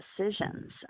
decisions